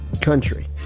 country